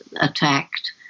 attacked